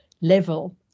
level